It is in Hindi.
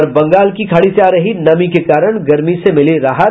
और बंगाल की खाड़ी से आ रही नमी के कारण गर्मी से मिली राहत